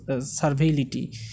servility